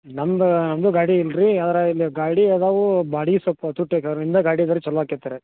ನಮ್ದು ನಮ್ಮದು ಗಾಡಿ ಇಲ್ರಿ ಯಾವರ ಇಲ್ಲಿ ಗಾಡಿ ಅದಾವೂ ಬಾಡಿಗೆ ಸ್ವಲ್ಪ ತುಟ್ಟಿ ಆಗ್ಯವ ನಿಮ್ದ ಗಾಡಿ ಇದ್ರ ಚಲೊ ಆತಿತ್ರೆ